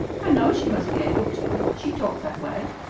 i know she must be able to. she talked that way.